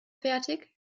fertig